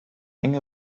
enge